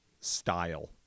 style